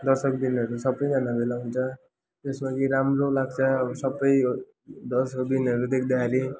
दर्शकवृन्दहरू सबैजना भेला हुन्छ त्यसमा कि राम्रो लाग्छ अब सबै दर्शकवृन्दहरू देख्दाखेरि